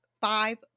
five